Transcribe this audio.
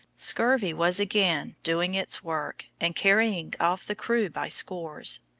scurvy was again doing its work and carrying off the crew by scores.